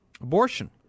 Abortion